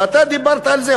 ואתה דיברת על זה.